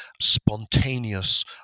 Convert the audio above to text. spontaneous